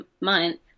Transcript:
month